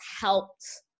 helped